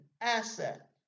asset